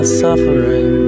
suffering